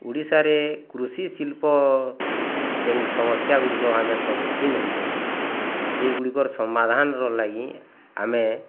ଓଡ଼ିଶାରେ କୃଷି ଶିଳ୍ପ ଯେନ୍ ସମସ୍ୟାଗୁଡ଼ିକ ଆମେ ସମ୍ମୁଖୀନ୍ ହେଉଁଛୁଁ ସେଗୁଡ଼ିକର୍ ସମାଧାନର୍ ଲାଗି ଆମେ